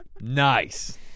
Nice